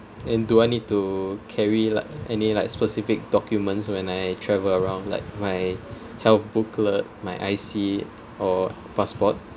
and do I need to carry like any like specific documents when I travel around like my health booklet my I_C or passport